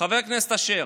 חבר הכנסת אשר?